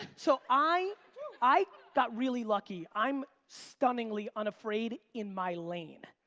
so, i i got really lucky. i'm stunningly unafraid in my lane.